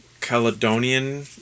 Caledonian